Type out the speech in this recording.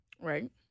Right